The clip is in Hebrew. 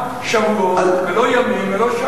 אינם שבועות, ולא ימים, ולא שעות.